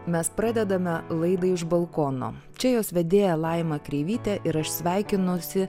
mes pradedame laidą iš balkono čia jos vedėja laima kreivytė ir aš sveikinuosi